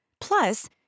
Plus